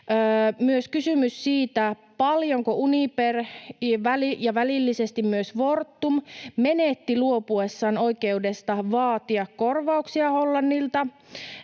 myös kysymys siitä, paljonko Uniper ja välillisesti myös Fortum menettivät luopuessaan oikeudestaan vaatia korvauksia Hollannilta.